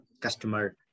customer